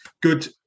good